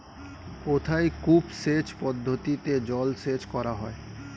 কোথায় কূপ সেচ পদ্ধতিতে জলসেচ করা হয়?